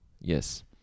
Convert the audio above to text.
Yes